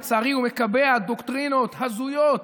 לצערי, הוא מקבע דוקטרינות הזויות